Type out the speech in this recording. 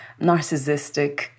narcissistic